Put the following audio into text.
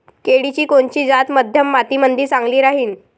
केळाची कोनची जात मध्यम मातीमंदी चांगली राहिन?